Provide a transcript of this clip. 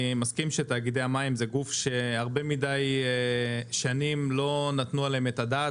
אני מסכים שתאגידי המים זה גוף שהרבה מדי שנים לא נתנו עליהם את הדעת,